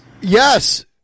Yes